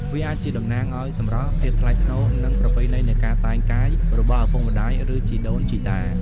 វាអាចជាតំណាងឲ្យ សម្រស់ ភាពថ្លៃថ្នូរ និង ប្រពៃណីនៃការតែងកាយ របស់ឪពុកម្ដាយ ឬជីដូនជីតា។